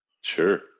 Sure